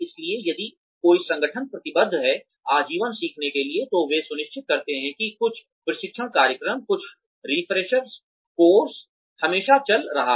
इसलिए यदि कोई संगठन प्रतिबद्ध है आजीवन सीखने के लिए तो वे सुनिश्चित करते हैं कि कुछ प्रशिक्षण कार्यक्रम कुछ रिफ्रेशर कोर्स हमेशा चल रहा है